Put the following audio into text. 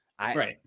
Right